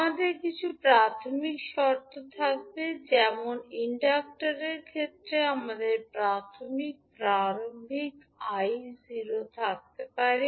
আমাদের কিছু প্রাথমিক শর্ত থাকবে যেমন ইন্ডাক্টরের ক্ষেত্রে আমাদের প্রাথমিক প্রারম্ভিক 𝑖 0− থাকতে পারে